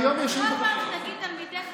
כל פעם שתגיד "תלמידי חכמים",